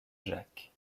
jacques